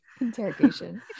interrogation